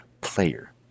player